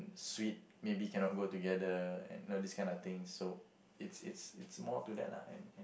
sweet maybe cannot go together and know this kind of things so it's it's it's more to that lah and